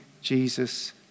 Jesus